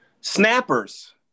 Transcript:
Snappers